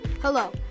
Hello